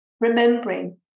remembering